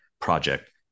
project